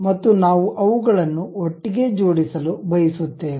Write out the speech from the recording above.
ಮತ್ತು ನಾವು ಅವುಗಳನ್ನು ಒಟ್ಟಿಗೆ ಜೋಡಿಸಲು ಬಯಸುತ್ತೇವೆ